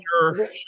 sure